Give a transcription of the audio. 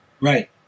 right